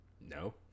No